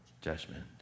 judgment